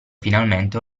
finalmente